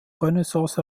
renaissance